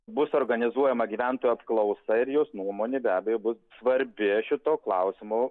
bus organizuojama gyventojų apklausa ir jos nuomonė be abejo bus svarbi šituo klausimu